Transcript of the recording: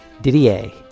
didier